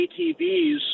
ATVs